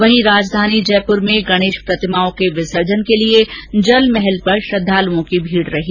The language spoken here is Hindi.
वहीं राजधानी जयपुर में गणेश प्रतिमाओं के विसर्जन के लिए जल महल पर श्रद्धालओं की भीड़ रही